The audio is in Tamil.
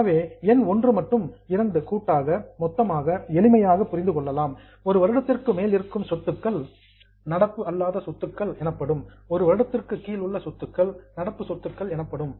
எனவே எண் 1 மற்றும் 2 கூட்டாக மொத்தமாக எளிமையாக புரிந்து கொள்ளலாம் 1 வருடத்திற்கும் மேல் இருக்கும் சொத்துக்கள் நடப்பு அல்லாத சொத்துக்கள் எனப்படும் 1 வருடத்திற்கு கீழ் உள்ள சொத்துக்கள் நடப்பு சொத்துக்கள் எனப்படும்